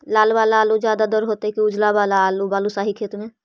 लाल वाला आलू ज्यादा दर होतै कि उजला वाला आलू बालुसाही खेत में?